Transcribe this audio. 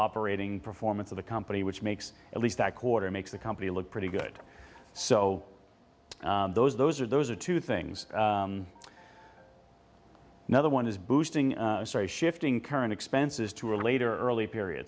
operating performance of the company which makes at least that quarter makes the company look pretty good so those those are those are two things neither one is boosting shifting current expenses to a later early period